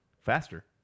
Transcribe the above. Faster